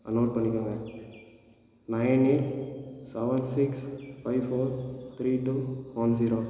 note பண்ணிக்கோங்கள் nine eight seven six five four three two one zero